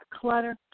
Clutter